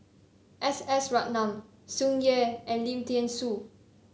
S S Ratnam Tsung Yeh and Lim Thean Soo